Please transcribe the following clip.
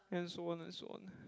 and so on and so on ah